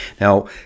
Now